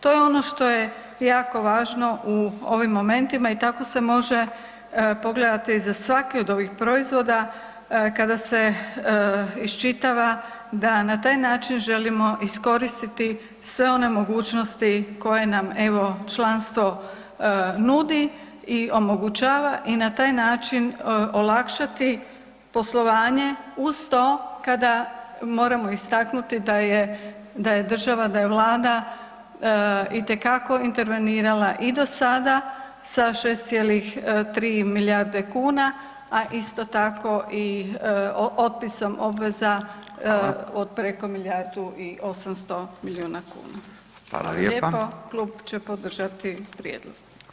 To je ono što je jako važno u ovim momentima i tako se može pogledati za svaki od ovih proizvoda kada se iščitava da na taj način želimo iskoristiti sve one mogućnosti koje nam evo članstvo nudi i omogućava i na taj način olakšati poslovanje uz to kada moramo istaknuti da je, da je država, da je vlada itekako intervenirala i do sada sa 6,3 milijarde kuna, a isto tako i otpisom obveza [[Upadica: Fala]] od preko milijardu i 800 milijuna kuna [[Upadica: Fala lijepa]] Klub će podržati prijedlog.